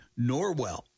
Norwell